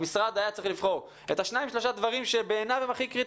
המשרד היה צריך לבחור את השניים-שלושה דברים שבעיניו הם הכי קריטיים